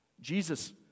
Jesus